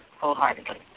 wholeheartedly